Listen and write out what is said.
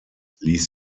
ließ